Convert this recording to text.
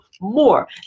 more